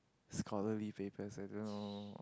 scholarly papers I don't know